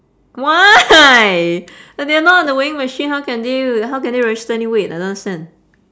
why but they're not on the weighing machine how can do w~ how can they register any weight I don't understand